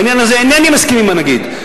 בעניין הזה אינני מסכים עם הנגיד.